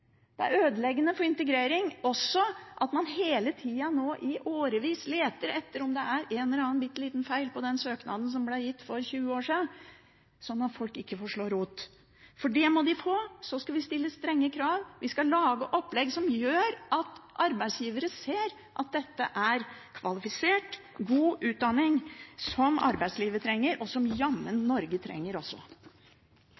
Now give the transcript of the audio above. det er ødeleggende for integreringen også at man nå hele tida i årevis leter etter om det er en eller annen bitte liten feil på søknaden som ble levert for 20 år siden, sånn at folk ikke får slå rot – for det må de få. Så vi skal stille strenge krav, vi skal lage opplegg som gjør at arbeidsgivere ser at dette er kvalifisert, god utdanning, som arbeidslivet trenger, og som jammen